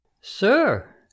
Sir